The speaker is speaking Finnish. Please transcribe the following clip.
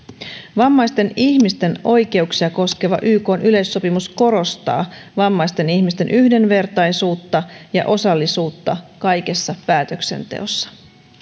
vammaisten ihmisten oikeuksia koskeva ykn yleissopimus korostaa vammaisten ihmisten yhdenvertaisuutta ja osallisuutta kaikessa päätöksenteossa